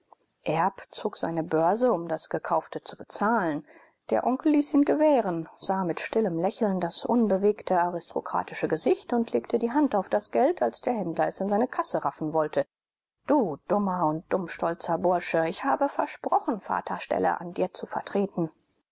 zog seine börse um das gekaufte zu bezahlen der onkel ließ ihn gewähren sah mit stillem lächeln das unbewegte aristokratische gesicht und legte die hand auf das geld als der händler es in seine kasse raffen wollte du dummer und dummstolzer bursche ich habe versprochen vaterstelle an dir zu vertreten